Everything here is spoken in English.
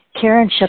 Karen